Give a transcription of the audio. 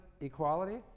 equality